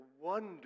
wonder